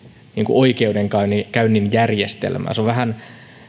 oikeudenkäynnin järjestelmää